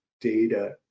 data